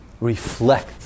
reflect